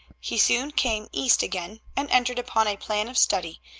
he soon came east again, and entered upon a plan of study,